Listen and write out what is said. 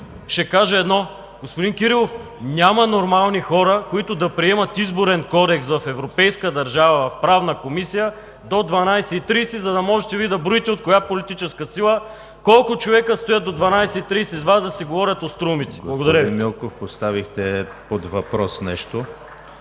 ще кажа едно: господин Кирилов, няма нормални хора, които да приемат Изборен кодекс в европейска държава, в Правна комисия до 00,30 ч., за да можете Вие да броите от коя политическа сила колко човека стоят до 00,30 ч. с Вас, за да си говорят остроумици. Благодаря Ви. ПРЕДСЕДАТЕЛ ЕМИЛ ХРИСТОВ: Господин Милков, поставихте под въпрос нещо.